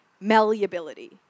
malleability